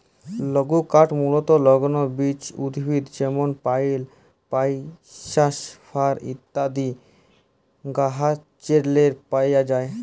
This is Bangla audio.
লঘুকাঠ মূলতঃ লগ্ল বিচ উদ্ভিদ যেমল পাইল, সাইপ্রাস, ফার ইত্যাদি গাহাচেরলে পাউয়া যায়